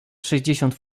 sześćdziesiąt